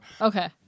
Okay